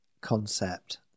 concept